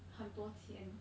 很多钱